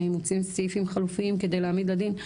מוצאים סעיפים חלופיים כדי להעמיד לדין,